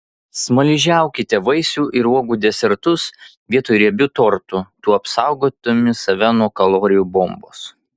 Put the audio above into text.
smaližiaukite vaisių ir uogų desertus vietoj riebių tortų tuo apsaugodami save nuo kalorijų bombos